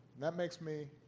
that makes me